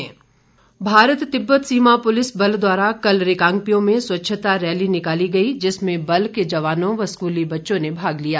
स्वच्छ भारत भारत तिब्बत सीमा पुलिस बल द्वारा कल रिकांगपिओ में स्वच्छता रैली निकाली गई जिसमें बल के जवानों व स्कूली बच्चों ने भाग लिया